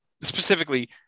specifically